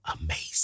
amazing